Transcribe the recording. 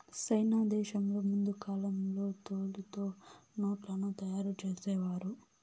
సైనా దేశంలో ముందు కాలంలో తోలుతో నోట్లను తయారు చేసేవారు